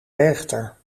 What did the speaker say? werchter